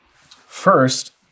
First